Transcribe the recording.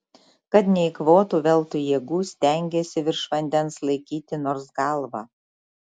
kad neeikvotų veltui jėgų stengėsi virš vandens laikyti nors galvą